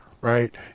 right